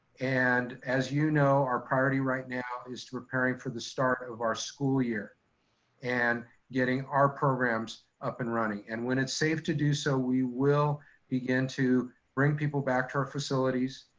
and as you know, our priority right now is to preparing for the start of our school year and getting our programs up and running. and when it's safe to do so, we will begin to bring people back to our facilities,